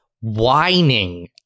whining